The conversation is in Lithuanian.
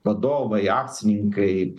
vadovai akcininkai